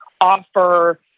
offer